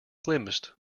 glimpsed